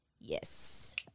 Yes